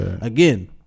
Again